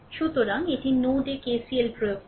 সুতরাং এটি নোড এ KCL প্রয়োগ করছে